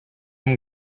amb